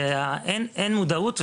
ואין מודעות,